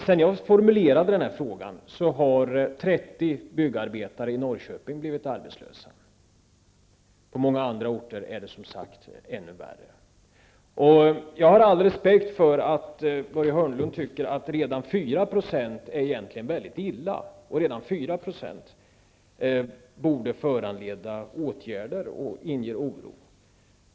Sedan jag formulerade frågan har 30 byggarbetare i Norrköping blivit arbetslösa, och på många andra orter är det som sagt ännu värre. Jag har all respekt för att Börje Hörnlund anser att redan 4 % egentligen är mycket illa, att redan 4 % borde föranleda åtgärder och inge oro.